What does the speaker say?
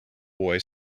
boy